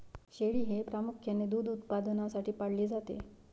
शेळी हे प्रामुख्याने दूध उत्पादनासाठी पाळले जाते